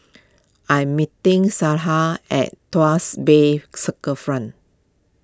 I am meeting at Tuas Bay Circle